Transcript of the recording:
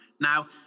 Now